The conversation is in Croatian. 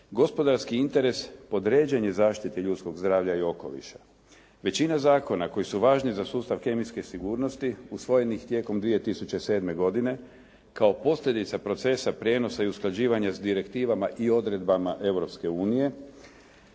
gospodarski interes podređen je zaštiti ljudskog zdravlja i okoliša. Većina zakona koji su važni za sustav kemijske sigurnosti usvojenih tijelom 2007. godine kao posljedica procesa prijenosa i usklađivanja sa direktivama i odredbama